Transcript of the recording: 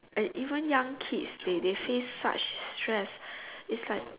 and even young kids they they face such stress it's like